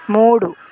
మూడు